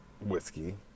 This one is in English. whiskey